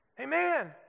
Amen